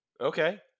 Okay